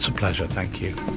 so pleasure, thank you